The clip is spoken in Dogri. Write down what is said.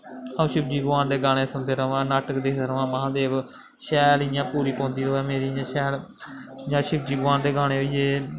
अ'ऊं शिवजी भगवान दे गाने सुनदा रवां नाटक दिखदा रवां महांदेव शैल इ'यां पूरी पौंदी रवै मेरी इ'यां शैल जां शिवजी भगवान दे गाने होई गे